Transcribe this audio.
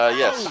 yes